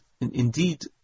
indeed